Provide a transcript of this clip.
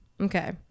Okay